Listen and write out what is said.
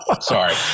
sorry